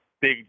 big